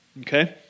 Okay